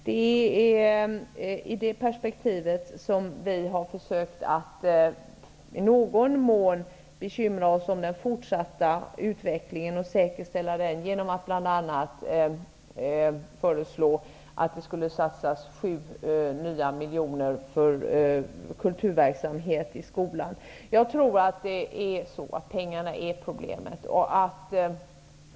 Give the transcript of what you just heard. Det är i detta perspektiv som vi har försökt att i någon mån bekymra oss om den fortsatta utvecklingen och säkerställa den genom att bl.a. föreslå att det skall satsas 7 nya miljoner för kulturverksamhet i skolan. Jag tror att det pengarna som är problemet.